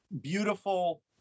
beautiful